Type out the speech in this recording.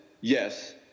yes